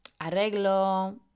arreglo